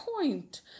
point